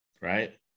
right